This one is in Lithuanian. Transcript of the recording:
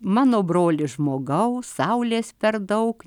mano broli žmogau saulės per daug